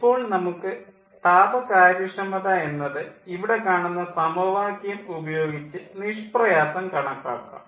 ഇപ്പോൾ നമുക്ക് താപ കാര്യക്ഷമത എന്നത് ഇവിടെ കാണുന്ന സമവാക്യം ഉപയോഗിച്ച് നിഷ്പ്രയാസം കണക്കാക്കാം